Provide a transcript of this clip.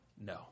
No